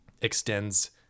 extends